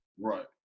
Right